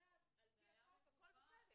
על פניו, על פי החוק, הכול בסדר.